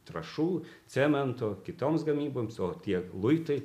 trąšų cemento kitoms gamyboms o tie luitai